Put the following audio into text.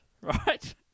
right